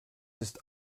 ist